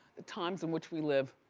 the times in which we live.